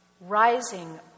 rising